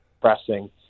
pressing